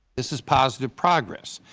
this is positive progress,